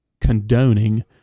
condoning